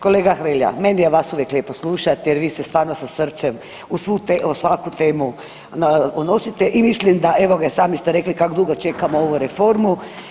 Kolega Hrelja meni je vas uvijek lijepo slušati, jer vi se stvarno sa srcem u svaku temu unosite i mislim da evo ga sami ste rekli kako dugo čekamo ovu reformu.